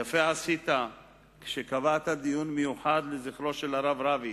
יפה עשית כשקבעת דיון מיוחד לזכרו של הרב רביץ.